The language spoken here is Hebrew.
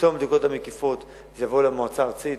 בתום הבדיקות המקיפות זה יבוא למועצה הארצית,